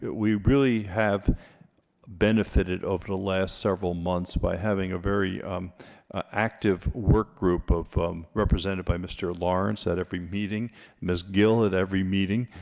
we really have benefited over the last several months by having a very active work group of um represented by mr. lawrence at every meeting ms gill at every meeting